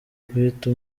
guhita